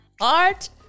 art